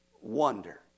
wonder